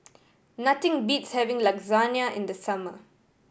nothing beats having Lasagne in the summer